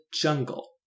jungle